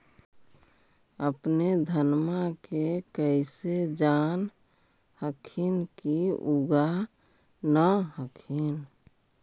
अपने धनमा के कैसे जान हखिन की उगा न हखिन?